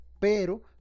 Pero